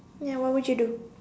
ya what would you do